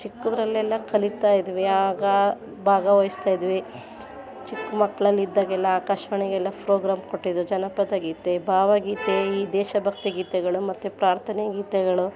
ಚಿಕ್ಕದರಲ್ಲೆಲ್ಲ ಕಲಿತಾಯಿದ್ವಿ ಆಗ ಭಾಗವಹಿಸ್ತಾಯಿದ್ವಿ ಚಿಕ್ಕ ಮಕ್ಕಳಲ್ಲಿದ್ದಾಗೆಲ್ಲ ಆಕಾಶವಾಣಿಗೆಲ್ಲ ಫ್ರೋಗ್ರಾಮ್ ಕೊಟ್ಟಿದ್ದೋ ಜನಪದ ಗೀತೆ ಭಾವಗೀತೆ ಈ ದೇಶಭಕ್ತಿ ಗೀತೆಗಳು ಮತ್ತು ಪ್ರಾರ್ಥನೆ ಗೀತೆಗಳು